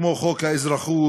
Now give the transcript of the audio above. כמו חוק האזרחות,